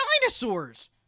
Dinosaurs